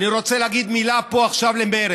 אני רוצה להגיד מילה פה למרצ,